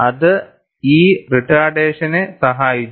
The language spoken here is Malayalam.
അത് ഈ റിറ്റർഡേഷനെ സഹായിച്ചു